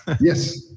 Yes